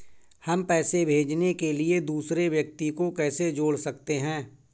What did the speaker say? हम पैसे भेजने के लिए दूसरे व्यक्ति को कैसे जोड़ सकते हैं?